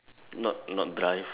not not drive